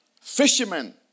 Fishermen